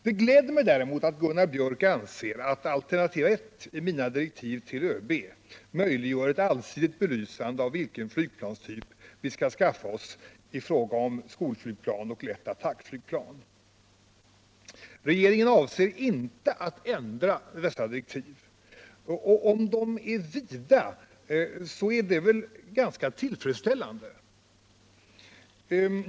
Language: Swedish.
Det gläder mig däremot att Gunnar Björk anser att alternativ 1 i mina direktiv till ÖB möjliggör ett allsidigt belysande av vilken flygplanstyp vi skall skaffa oss i fråga om skolflygplan med attackkapacitet. Regeringen avser inte att ändra dessa direktiv, och om de är vida är det väl ganska tillfredsställande.